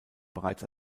bereits